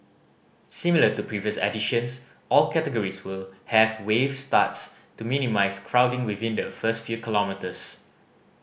similar to previous editions all categories will have wave starts to minimise crowding within the first few kilometres